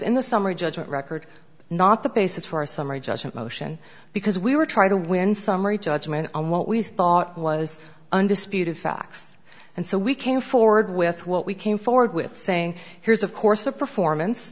in the summary judgment record not the basis for a summary judgment motion because we were trying to win summary judgment on what we thought was undisputed facts and so we came forward with what we came forward with saying here's of course the performance